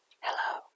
Hello